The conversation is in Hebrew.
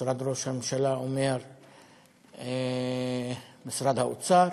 משרד ראש הממשלה אומר שמשרד האוצר,